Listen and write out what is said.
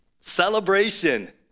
celebration